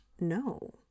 No